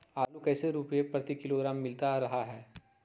आलू कैसे रुपए प्रति किलोग्राम मिलता रहा है?